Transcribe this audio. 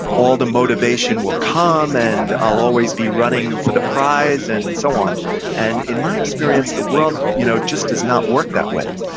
all the motivation will come and i'll always be running for the prize and so on and in my experience the world you know just does not work that way.